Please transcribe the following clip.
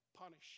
punish